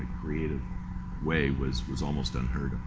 creative way was was almost unheard of.